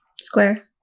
Square